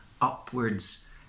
upwards